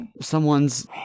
someone's